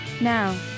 Now